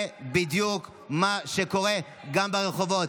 זה בדיוק מה שקורה גם ברחובות.